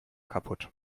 kaputt